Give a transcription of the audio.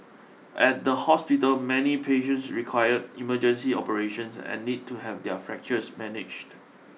at the hospital many patients required emergency operations and need to have their fractures managed